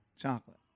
chocolate